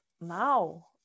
now